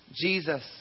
Jesus